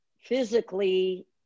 physically